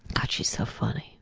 god, she's so funny.